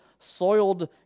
soiled